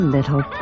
Little